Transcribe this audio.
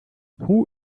who